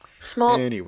Small